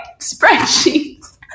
spreadsheets